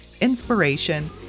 inspiration